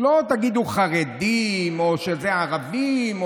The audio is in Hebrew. לא תגידו חרדים או ערבים,